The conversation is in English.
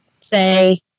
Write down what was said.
say